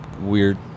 weird